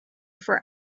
for